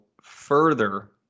further